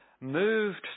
moved